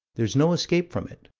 there's no escape from it.